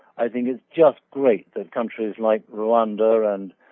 i think it's just great that countries like rwanda and